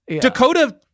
Dakota